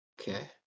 Okay